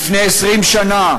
לפני 20 שנה,